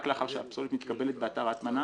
רק לאחר שהפסולת מתקבלת באתר ההטמנה,